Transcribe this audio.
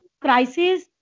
crisis